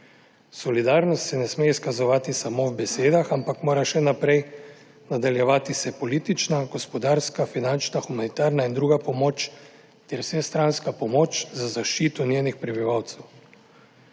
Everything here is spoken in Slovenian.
Solidarnost se ne sme izkazovati samo v besedah, ampak se mora še naprej nadaljevati politična, gospodarska, finančna, humanitarna in druga pomoč ter vsestranska pomoč za zaščito njenih prebivalcev.